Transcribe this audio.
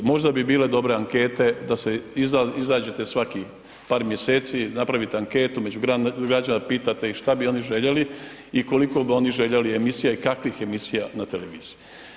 Možda bi bile dobre ankete da se izađete svakih par mjeseci, napravite anketu, među građanima pitate i šta bi oni željeli i koliko bi oni željeli emisija i kakvih emisija na televiziji.